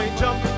jump